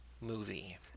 movie